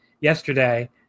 yesterday